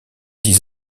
dix